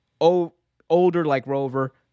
older-like-Rover